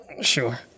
sure